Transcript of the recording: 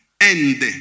End